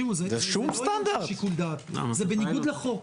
זה פשוט בניגוד לחוק.